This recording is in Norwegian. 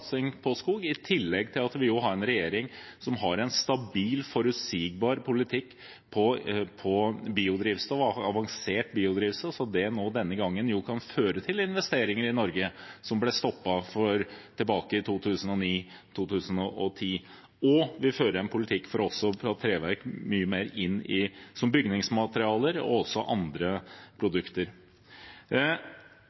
på skog. I tillegg har vi en regjering som har en stabil, forutsigbar politikk på biodrivstoff – avansert biodrivstoff – slik at det denne gangen kan føre til investeringer i Norge, noe som ble stoppet tilbake i 2009–2010. Vi fører også en politikk for å få treverk mye mer inn som bygningsmateriale og i andre